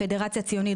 פדרציה ציונית,